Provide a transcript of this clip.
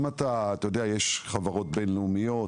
אם יש חברות בין-לאומיות,